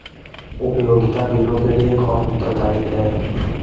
उपयोगिता बिलों के लिए कौन उत्तरदायी है?